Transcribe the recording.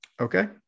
Okay